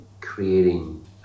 creating